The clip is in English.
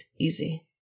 easy